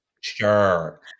Sure